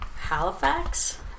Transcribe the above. Halifax